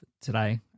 today